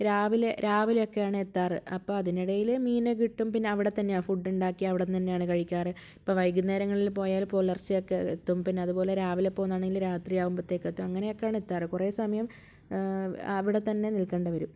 രാവിലെ രാവിലെയൊക്കെയാണ് എത്താറ് അപ്പം അതിനിടയിൽ മീനിനെ കിട്ടും പിന്നെ അവിടെ തന്നെയാണ് ഫുഡ് ഉണ്ടാക്കി അവിടുന്ന് തന്നെയാണ് കഴിക്കാറ് ഇപ്പം വൈകുന്നേരങ്ങളിൽ പോയാൽ പുലർച്ചക്ക് എത്തും പിന്നെ അതുപോലെ രാവിലെ പോകുന്നതാണെങ്കി രാത്രിയാകുമ്പോത്തേക്ക് എത്തും അങ്ങനെയൊക്കെയാണ് എത്താറ് കുറെ സമയം അവിടെ തന്നെ നിൽക്കേണ്ടി വരും